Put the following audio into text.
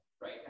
right